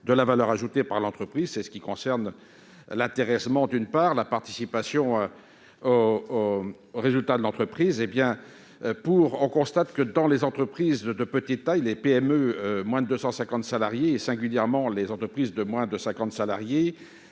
de la valeur ajoutée par l'entreprise. Je pense, d'une part, à l'intéressement et, d'autre part, à la participation aux résultats de l'entreprise. On constate que, dans les entreprises de petite taille - les PME de moins de 250 salariés et, singulièrement, les entreprises de moins de 50 salariés